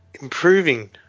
Improving